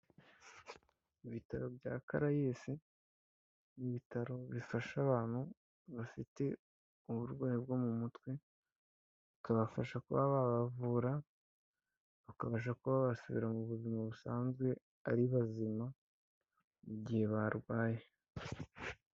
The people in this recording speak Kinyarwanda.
Ibitaro bya Karayesi, ni ibitaro bifasha abantu bafite uburwayi bwo mu mutwe, bikabafasha kuba babavura bakabasha kuba basubira mu buzima busanzwe ari bazima, igihe barwaye.